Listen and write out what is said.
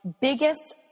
biggest